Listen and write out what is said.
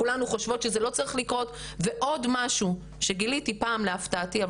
כולנו חושבות שזה לא צריך לקרות ועוד משהו שגיליתי פעם להפתעתי,